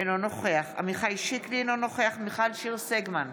אינו נוכח עמיחי שיקלי, אינו נוכח מיכל שיר סגמן,